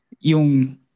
yung